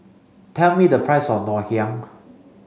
tell me the price of Ngoh Hiang